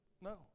no